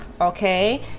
okay